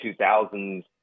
2000s